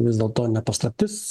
vis dėlto ne paslaptis